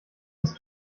des